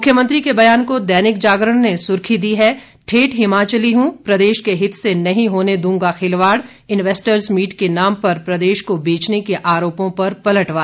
मुख्यमंत्री के बयान को दैनिक जागरण ने सुर्खी दी है ठेठ हिमाचली हूं प्रदेश के हित से नहीं होने द्रंगा खिलवाड़ इन्वेस्टर्स मीट के नाम पर प्रदेश को बेचने के आरोपों पर पलटवार